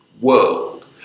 world